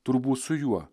turbūt su juo